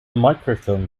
microfilm